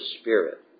Spirit